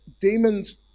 Demons